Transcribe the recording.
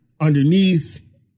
underneath